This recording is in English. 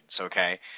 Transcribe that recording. Okay